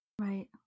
Right